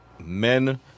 men